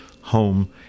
home